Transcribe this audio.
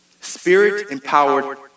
spirit-empowered